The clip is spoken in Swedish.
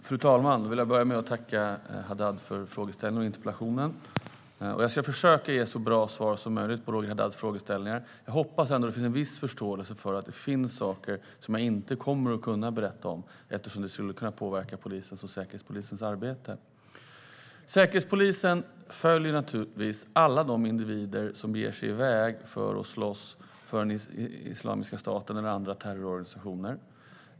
Fru talman! Jag vill börja med att tacka Roger Haddad för frågeställningen och interpellationen. Jag ska försöka ge så bra svar som möjligt på Roger Haddads frågeställningar, men jag hoppas att det finns viss förståelse för att det finns saker jag inte kommer att kunna berätta om eftersom det skulle kunna påverka polisens och Säkerhetspolisens arbete. Säkerhetspolisen följer naturligtvis alla de individer som beger sig iväg för att slåss för Islamiska staten eller andra terrororganisationer.